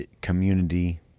community